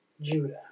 Judah